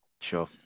Sure